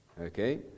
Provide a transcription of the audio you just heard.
Okay